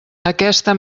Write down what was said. aquesta